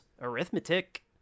Arithmetic